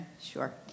Sure